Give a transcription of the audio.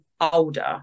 older